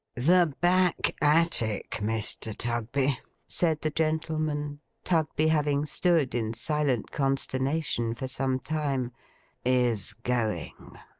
the back-attic, mr. tugby said the gentleman tugby having stood in silent consternation for some time is going